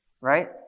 right